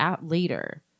later